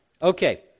Okay